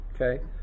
Okay